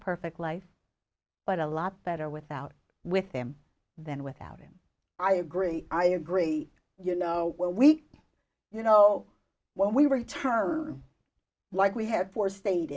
perfect life but a lot better without with them than without him i agree i agree you know where we you know when we return like we have for state